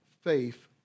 faith